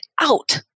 out